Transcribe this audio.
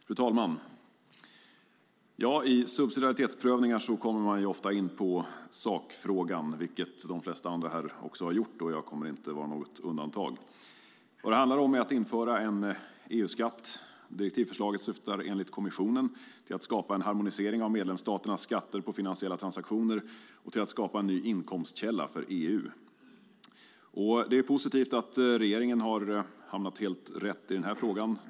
Fru talman! I subsidiaritetsprövningar kommer man ofta in på sakfrågan. Det har de flesta andra här också gjort. Jag kommer inte att vara ett undantag. Vad det handlar om är att införa en EU-skatt. Direktivförslaget syftar enligt kommissionen till att skapa en harmonisering av medlemsstaternas skatter på finansiella transaktioner och skapa en ny inkomstkälla för EU. Det är positivt att regeringen har hamnat helt rätt i den här frågan.